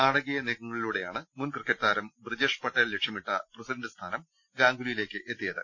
നാടകീയ നീക്കങ്ങളിലൂടെ യാണ് മുൻ ക്രിക്കറ്റ് താരം ബ്രിജേഷ് പട്ടേൽ ലക്ഷ്യമിട്ട പ്രസിഡന്റ് സ്ഥാനം ഗാംഗുലിയിലേക്ക് എത്തിയത്